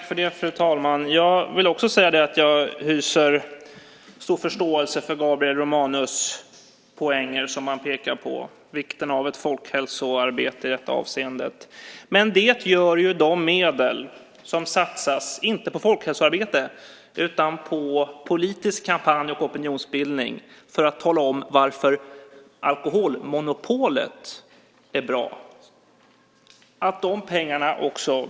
Fru talman! Jag vill också säga att jag hyser stor förståelse för Gabriel Romanus poäng. Han pekar på vikten av ett folkhälsoarbete i detta avseende. Men det görs med de medel som satsas, inte på folkhälsoarbete, utan på politisk kampanj och opinionsbildning för att tala om varför alkoholmonopolet är bra.